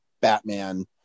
Batman